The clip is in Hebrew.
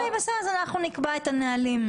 אוקי, אז אנחנו נקבע את הנהלים.